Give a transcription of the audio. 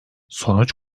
sonuç